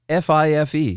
FIFE